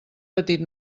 petit